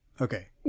Okay